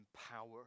power